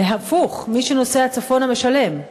הפוך, מי שנוסע צפונה משלם.